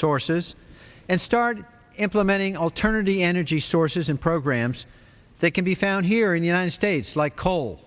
sources and start implementing alternative energy sources and programs that can be found here in the united states like coal